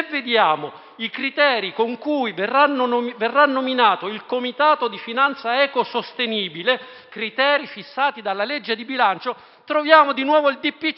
i criteri con cui verrà nominato il comitato per la finanza ecosostenibile, criteri fissati dalla legge di bilancio, troviamo di nuovo il DPCM.